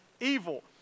evil